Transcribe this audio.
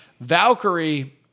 Valkyrie